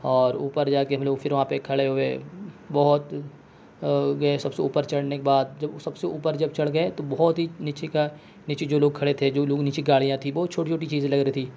اور اوپر جا کے ہم لوگ پھر وہاں پہ کھڑے ہوئے بہت گیے سب سے اوپر چڑھنے کے بعد جب سب سے اوپر جب چڑھ گیے تو بہت ہی نیچے کا نیچے جو لوگ کھڑے تھے جو لوگ نیچے گاڑیاں تھیں بہت چھوٹی چھوٹی چیزیں لگ رہی تھیں